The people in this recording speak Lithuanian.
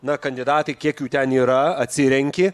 na kandidatai kiek jų ten yra atsirenki